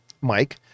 mike